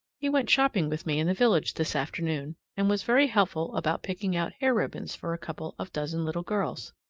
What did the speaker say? he went shopping with me in the village this afternoon, and was very helpful about picking out hair-ribbons for a couple of dozen little girls.